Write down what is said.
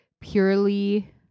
purely